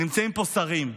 נמצאים פה שרים,